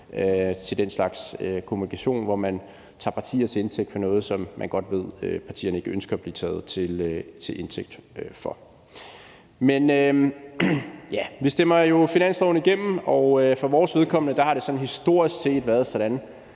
til den slags kommunikation, hvor man tager partier til indtægt for noget, som man godt ved partierne ikke ønsker at blive taget til indtægt for. Men vi stemmer jo finanslovsforslaget igennem, og for vores vedkommende har det sådan historisk set været sådan,